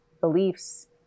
beliefs